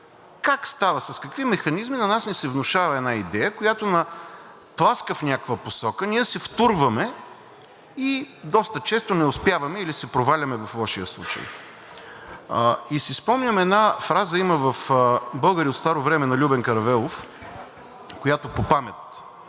Как става, с какви механизми на нас ни се внушава една идея, която ни тласка в някаква посока, ние се втурваме и доста често не успяваме или се проваляме в лошия случай? Спомням си, една фраза има в „Българи от старо време“ на Любен Каравелов, която по памет